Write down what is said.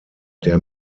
der